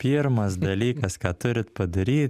pirmas dalykas ką turit padaryt